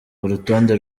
urutonde